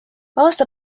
aasta